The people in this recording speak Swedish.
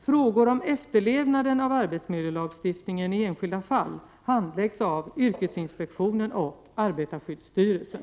Frågor om efterlevnaden av arbetsmiljölagstiftningen i enskilda fall handläggs av yrkesinspektionen och arbetarskyddsstyrelsen.